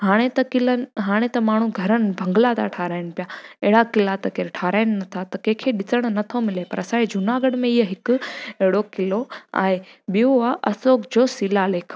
हाणे त क़िलनि हाणे त माण्हू घरनि बंगला ता ठाहिराइनि पिया अहिड़ा क़िला त केरु ठाहिराइनि नथा कंहिंखे ॾिसण नथो मिले पर असांजे जूनागढ़ में इहो हिकु अहिड़ो क़िलो आहे ॿियो आहे असोक जो शिला लेख